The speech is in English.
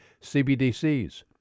CBDCs